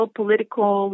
political